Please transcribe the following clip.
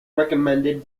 recommended